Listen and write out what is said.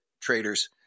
traders